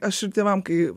aš ir tėvam kai